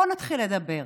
בוא נתחיל לדבר.